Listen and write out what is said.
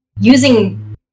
using